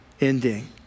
ending